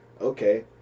okay